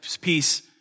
peace